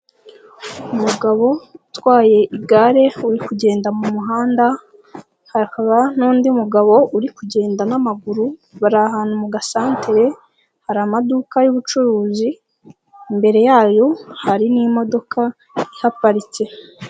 Umugabo utwaye igare uri kugenda mu muhanda, hakaba n'undi mugabo uri kugenda n'amaguru bari ahantu mu gasantire, hari amaduka y'ubucuruzi, imbere yayo hari n'imodoka ihaparitse.